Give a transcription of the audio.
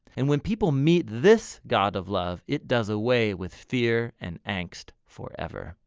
and when people meet this god of love it does away with fear and angst foreve. ah